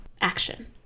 Action